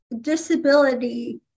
disability